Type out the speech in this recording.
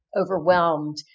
overwhelmed